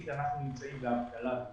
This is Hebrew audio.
האגרגטיבית, אנחנו נמצאים באבטלה דו